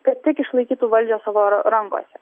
kad tik išlaikytų valdžią savo ra rankose